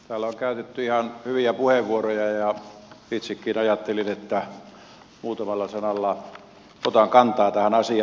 täällä on käytetty ihan hyviä puheenvuoroja ja itsekin ajattelin että muutamalla sanalla otan kantaa tähän asiaan